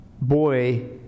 boy